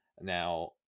Now